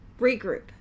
regroup